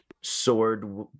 sword